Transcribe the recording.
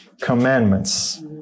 Commandments